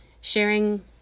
sharing